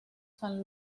san